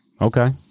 Okay